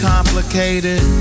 complicated